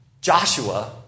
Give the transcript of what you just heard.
Joshua